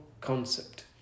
concept